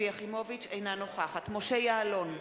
אינה נוכחת משה יעלון,